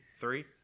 three